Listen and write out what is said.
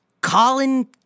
Colin